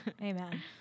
Amen